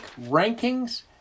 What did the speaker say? rankings